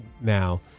now